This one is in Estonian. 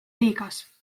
liigas